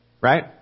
Right